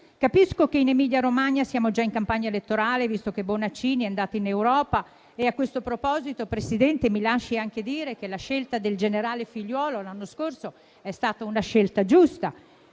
Capisco che in Emilia-Romagna siamo già in campagna elettorale, visto che Bonaccini è andato in Europa e a questo proposito, Presidente, mi lasci anche dire che la scelta del generale Figliuolo l'anno scorso è stata giusta,